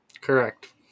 Correct